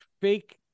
fake